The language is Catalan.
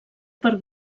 per